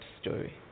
story